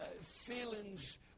feelings